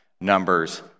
numbers